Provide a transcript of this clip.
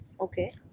Okay